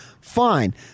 fine